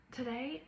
today